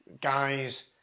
guys